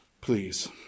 please